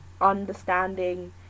understanding